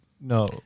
No